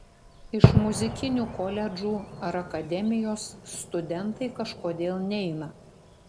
iš muzikinių koledžų ar akademijos studentai kažkodėl neina